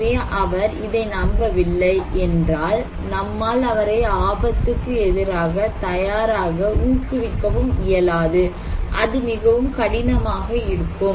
ஆகவே அவர் இதை நம்பவில்லை என்றால் நம்மால் அவரை ஆபத்துக்கு எதிராக தயாராக ஊக்குவிக்கவும் இயலாது அது மிகவும் கடினமாக இருக்கும்